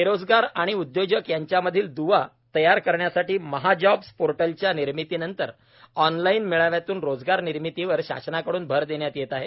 बेरोजगार आणि उद्योजक याच्यामधील दुवा तयार करण्यासाठी महाजॉब्स पोर्टलच्या निर्मितीनंतर ऑनलाईन मेळाव्यातून रोजगार निर्मितीवर शासनाकडून भर देण्यात येत आहे